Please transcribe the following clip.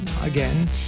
again